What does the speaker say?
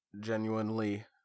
genuinely